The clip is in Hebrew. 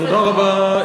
תודה רבה,